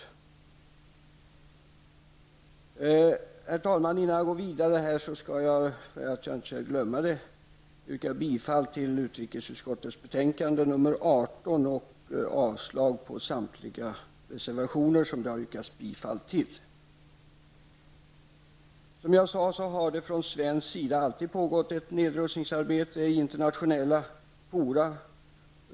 Herr talman! Innan jag går vidare vill jag yrka bifall till hemställan i utrikesutskottets betänkande nr 18 och avslag på samtliga reservationer som det har yrkats bifall till. Det har från svensk sida alltid pågått ett nedrustningsarbete i internationella fora.